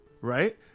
right